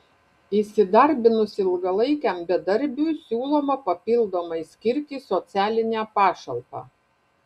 įsidarbinus ilgalaikiam bedarbiui siūloma papildomai skirti socialinę pašalpą